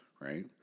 right